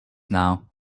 now